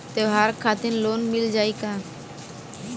त्योहार खातिर लोन मिल जाई का?